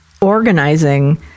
organizing